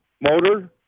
motor